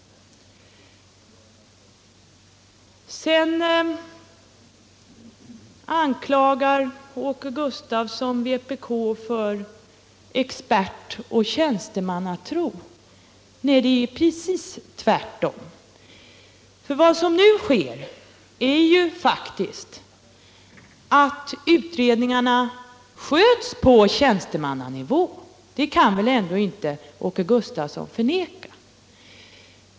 Åke Gustavsson anklagar vpk för expertoch tjänstemannatro. Nej, det är precis tvärtom. Vad som nu sker är faktiskt att utredningarna sköts på tjänstemannanivå — det kan väl ändå inte Åke Gustavsson förneka?